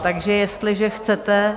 Takže jestliže chcete...